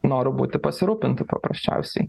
noru būti pasirūpintu paprasčiausiai